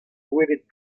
gwelet